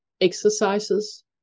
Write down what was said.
exercises